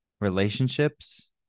relationships